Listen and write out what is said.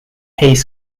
hayes